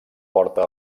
porta